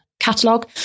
catalog